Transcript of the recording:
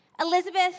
Elizabeth